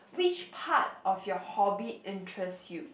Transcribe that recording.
which part of your hobby interest you